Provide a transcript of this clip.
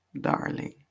darling